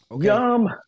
Yum